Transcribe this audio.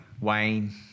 Wayne